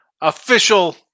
Official